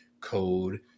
code